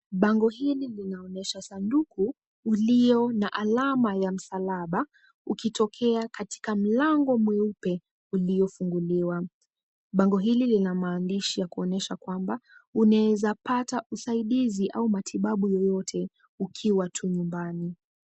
Bango hili linaonyesha sanduku ulio na alama ya msalaba, ukitokea katika mlango mweupe uliofunguliwa. Bango hili lina maandishi ya kuonyesha kwamba unaeza pata usaidizi au matibabu yoyote ukiwa tu nyumbani.